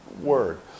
word